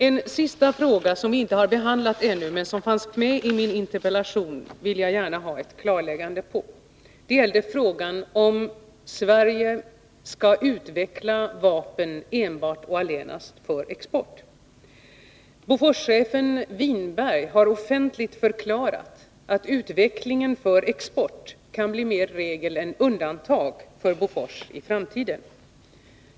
En sista fråga, som ännu inte har behandlats men som fanns med i min interpellation, vill jag också gärna ha ett klarläggande på. Det gäller frågan, om Sverige skall utveckla vapen allenast för export. Bofors-chefen Winberg har offentligt förklarat att utvecklingen för export kan bli mera regel än undantag för Bofors i framtiden.